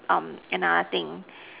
um another thing